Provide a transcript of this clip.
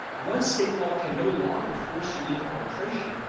once state law can no longer force you into arbitration,